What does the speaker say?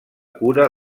cura